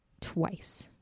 twice